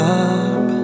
up